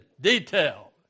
detail